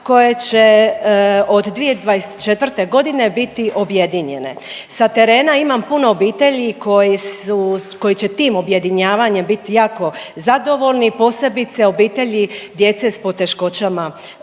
koje će od 2024. godine biti objedinjene. Sa terena ima puno obitelji koje su, koje će tim objedinjavanjem biti jako zadovoljni posebice obitelji djece s poteškoćama